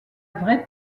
vraie